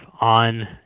on